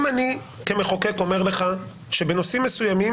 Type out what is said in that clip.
אם אני כמחוקק אומר לך שבנושאים מסוימים